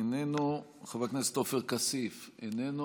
איננו, חבר הכנסת עופר כסיף, איננו,